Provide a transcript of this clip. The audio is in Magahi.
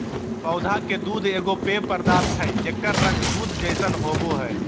पौधा के दूध एगो पेय पदार्थ हइ जेकर रंग दूध जैसन होबो हइ